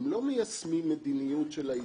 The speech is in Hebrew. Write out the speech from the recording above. הם לא מיישמים מדיניות של ההתאחדות.